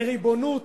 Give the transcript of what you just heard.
לריבונות.